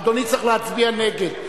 אדוני צריך להצביע נגד,